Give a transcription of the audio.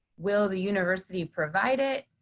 will the university provide it,